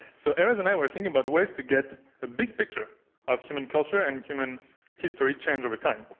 so erez and i were thinking about ways to get a big picture of human culture and human history change over time.